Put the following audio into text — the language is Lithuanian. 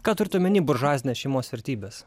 ką turite omeny buržuazinės šeimos vertybės